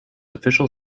official